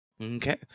Okay